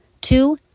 Two